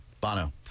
Bono